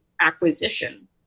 acquisition